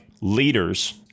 leaders